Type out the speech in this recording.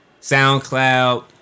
SoundCloud